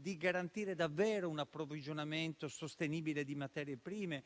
di garantire davvero un approvvigionamento sostenibile di materie prime.